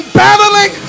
battling